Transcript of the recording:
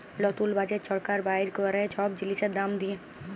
লতুল বাজেট ছরকার বাইর ক্যরে ছব জিলিসের দাম দিঁয়ে